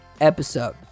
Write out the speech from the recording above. episode